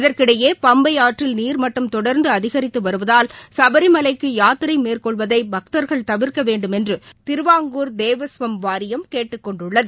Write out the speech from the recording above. இதற்கிடையே பம்பை ஆற்றில் நீர்மட்டம் தொடர்ந்துஅதிகரித்துவருவதால் சபரிமலைக்குயாத்திரைமேற்கொள்வதைபக்தர்கள் தவிர்க்கவேண்டுமென்றுதிருவாங்கூர் தேவாம்சம் வாரியம் கேட்டுக் கொண்டுள்ளது